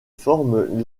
forme